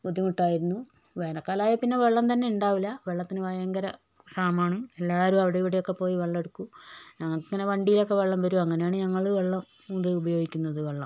ബുദ്ധിമുട്ടായിരുന്നു വേനൽക്കാലം ആയാൽ പിന്നെ വെള്ളം തന്നെ ഉണ്ടാവില്ല വെള്ളത്തിന് ഭയങ്കര ക്ഷാമം ആണ് എല്ലാവരും അവിടെ ഇവിടെ ഒക്കെ പോയി വെള്ളമെടുക്കും ഞങ്ങൾക്ക് ഇങ്ങനെ വണ്ടിയിലൊക്കെ വെള്ളം വരും അങ്ങനെയാണ് ഞങ്ങൾ വെള്ളം ഉപ ഉപയോഗിക്കുന്നത് വെള്ളം